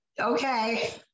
okay